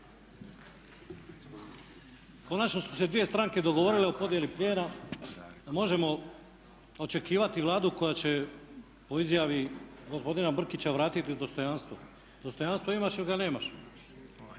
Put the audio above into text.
konačno su se dvije stranke dogovorile o podjeli plijena da možemo očekivati Vladu koja će po izjavi gospodina Brkića vratiti dostojanstvo. Dostojanstvo imaš ili ga nemaš.